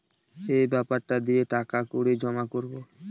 এই বেপারটা দিয়ে টাকা কড়ি জমা করাবো